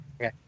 Okay